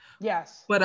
Yes